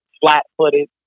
flat-footed